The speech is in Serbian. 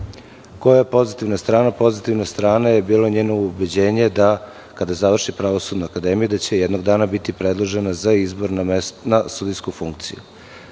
Koja je pozitivna strana? Pozitivna strana je bila njeno ubeđenje da kada završi Pravosudnu akademiju, da će jednog dana biti predložena za izbor na sudijsku funkciju.